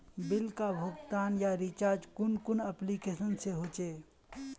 Bill का भुगतान या रिचार्ज कुन कुन एप्लिकेशन से होचे?